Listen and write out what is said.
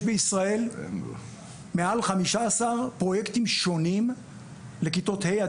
יש בישראל מעל 15 פרויקטים שונים לכיתות ה'